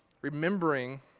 Remembering